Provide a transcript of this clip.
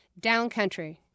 Downcountry